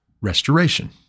restoration